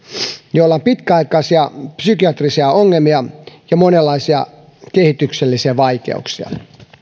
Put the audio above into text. joilla on pitkäaikaisia psykiatrisia ongelmia ja monenlaisia kehityksellisiä vaikeuksia